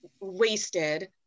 wasted